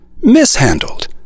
Mishandled